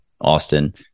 Austin